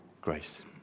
grace